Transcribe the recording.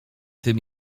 tym